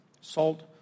salt